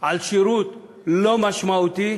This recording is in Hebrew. על שירות לא משמעותי,